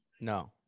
No